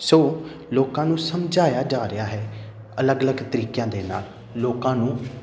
ਸੋ ਲੋਕਾਂ ਨੂੰ ਸਮਝਾਇਆ ਜਾ ਰਿਹਾ ਹੈ ਅਲੱਗ ਅਲੱਗ ਤਰੀਕਿਆਂ ਦੇ ਨਾਲ ਲੋਕਾਂ ਨੂੰ